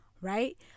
Right